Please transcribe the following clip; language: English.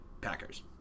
Packers